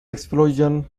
explosion